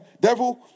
Devil